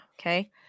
Okay